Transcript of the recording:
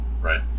right